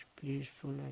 peaceful